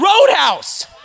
Roadhouse